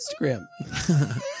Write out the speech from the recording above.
instagram